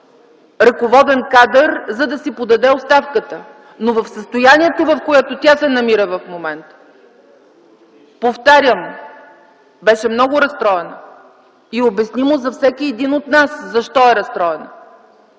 ръководен кадър, да си подаде оставката, в състоянието, в което тя се намира в момента – повтарям, беше много разстроена, обяснимо е за всеки един от нас защо е разстроена.